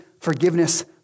forgiveness